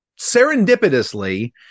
serendipitously